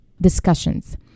discussions